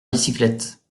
bicyclette